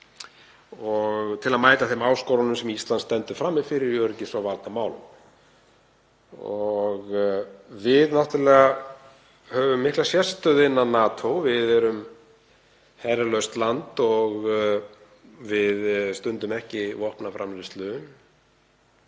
til að mæta þeim áskorunum sem Ísland stendur frammi fyrir í öryggis- og varnarmálum. Við höfum náttúrlega mikla sérstöðu innan NATO. Við erum herlaust land og við stundum ekki vopnaframleiðslu.